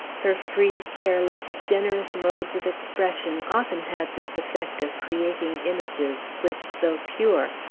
her free, careless, generous modes of expression often had this effect of creating images which, though pure,